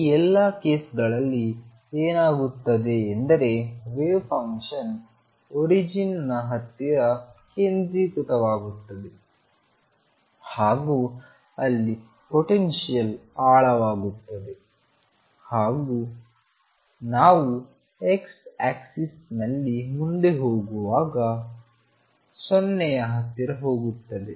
ಈ ಎಲ್ಲಾ ಕೇಸ್ ಗಳಲ್ಲಿ ಏನಾಗುತ್ತದೆ ಎಂದರೆ ವೇವ್ ಫಂಕ್ಷನ್ ಒರಿಜಿನ್ ನ ಹತ್ತಿರ ಕೇಂದ್ರೀಕೃತವಾಗುತ್ತದೆ ಹಾಗೂ ಅಲ್ಲಿ ಪೊಟೆನ್ಶಿಯಲ್ ಆಳವಾಗುತ್ತದೆ ಹಾಗೂ ಹಾಗೂ ನಾವು x ಆಕ್ಸಿಸ್ ನಲ್ಲಿ ಮುಂದೆ ಹೋಗುವಾಗ 0 ಯ ಹತ್ತಿರ ಹೋಗುತ್ತದೆ